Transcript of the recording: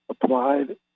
applied